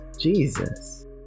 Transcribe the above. Jesus